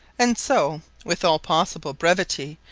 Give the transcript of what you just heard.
and so, with all possible brevity,